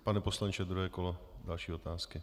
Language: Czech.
Pane poslanče, druhé kolo, další otázky.